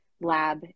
lab